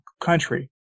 country